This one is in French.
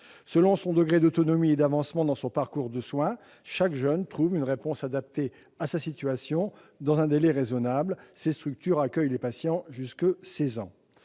Selon son degré d'autonomie et d'avancement dans son parcours de soins, chaque jeune trouve une réponse adaptée à sa situation dans un délai raisonnable. Ces structures accueillent les patients jusqu'à l'âge